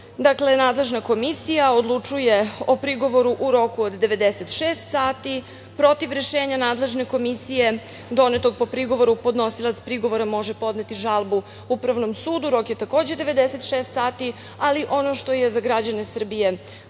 nadležna komisija odlučuje o prigovoru u roku od 96 sati. Protiv rešenja nadležne komisije, donetog po prigovoru, podnosilac prigovora može podneti žalbu upravnom sudu. Rok je takođe 96 sati, ali ono što je za građane Srbije